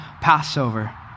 Passover